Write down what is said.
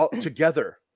together